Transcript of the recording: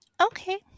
Okay